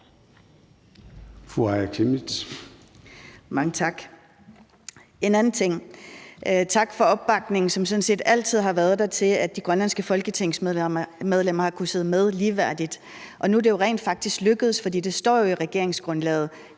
Jeg vil komme ind på en anden ting. Tak for opbakningen, som sådan set altid har været der, til, at de grønlandske folketingsmedlemmer har kunnet sidde med ligeværdigt, og nu er det rent faktisk lykkedes, for det står jo i regeringsgrundlaget,